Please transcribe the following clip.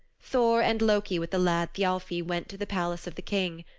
thor and loki with the lad thialfi went to the palace of the king.